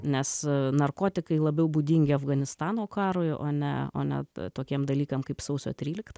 nes narkotikai labiau būdingi afganistano karui o ne o ne tokiem dalykam kaip sausio trylikta